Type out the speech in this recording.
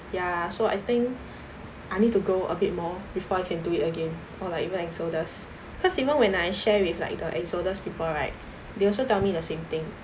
ya so I think I need to go a bit more before I can do it again or like even exodus cause even when I share with like the exodus people right they also tell me the same thing